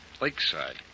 Lakeside